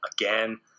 again